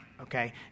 okay